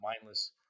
mindless